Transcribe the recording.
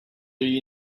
you